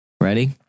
Ready